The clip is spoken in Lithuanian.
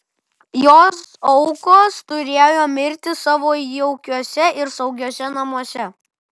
jos aukos turėjo mirti savo jaukiuose ir saugiuose namuose